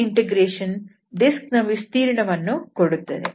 ಈ integration disc ನ ವಿಸ್ತೀರ್ಣವನ್ನು ಕೊಡುತ್ತದೆ